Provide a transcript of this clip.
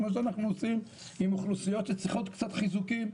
כמו שאנחנו עושים עם אוכלוסיות שצריכות קצת חיזוקים.